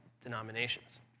denominations